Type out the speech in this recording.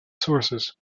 sources